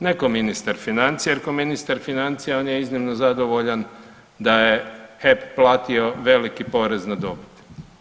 Ne kao ministar financija, jer on kao ministar financija on je iznimno zadovoljan da je HEP platio veliki porez na dobit.